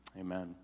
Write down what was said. amen